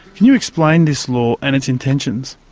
can you explain this law and its intentions?